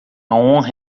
honra